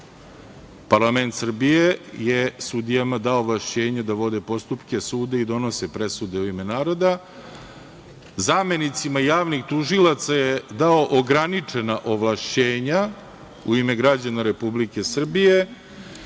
parlament Srbije je sudijama dao ovlašćenje da vode postupke suda i donose presude u ime naroda. Zamenicima javnih tužilaca je dao ograničena ovlašćenja u ime građana Republike Srbije,